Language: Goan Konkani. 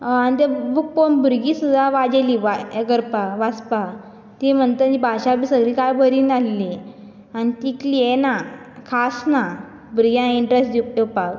ते बूक पळोवन भुरगीं सुद्दा वाजेलीं वा हें करपाक वाचपाक तीं म्हणता ती भाशा बी सगली कांय बरी नाहली आनी तितली हें ना खास ना भुरग्यांक इंट्र्स्ट दिव येवपाक